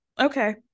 Okay